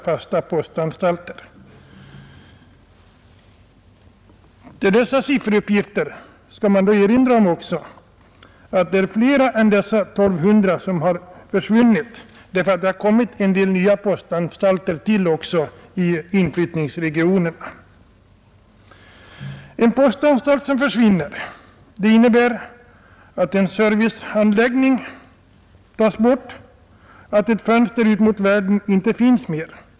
När man nämner dessa siffror bör man erinra om att det är fler än dessa 1 200 postanstalter som har försvunnit, eftersom det tillkommit en del nya postanstalter i inflyttningsregionerna. En postanstalt som försvinner innebär att en serviceanläggning tas bort, att ett fönster ut mot världen inte finns mer.